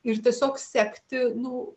ir tiesiog sekti nu